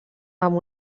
amb